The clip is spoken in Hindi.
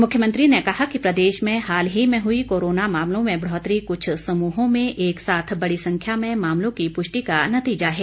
मुख्यमंत्री ने कहा कि प्रदेश में हाल ही में हुई कोरोना मामलों में बढ़ोतरी कुछ समूहों में एक साथ बड़ी संख्या में मामलों की पुष्टि की नतीजा है